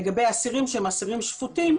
לגבי אסירים שהם אסירים שפוטים,